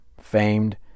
famed